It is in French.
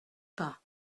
pas